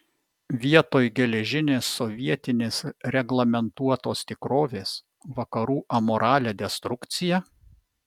vietoj geležinės sovietinės reglamentuotos tikrovės vakarų amoralią destrukciją